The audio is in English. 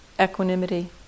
equanimity